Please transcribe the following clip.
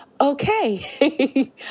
okay